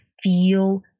feel